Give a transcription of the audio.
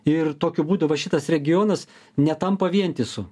ir tokiu būdu va šitas regionas netampa vientisu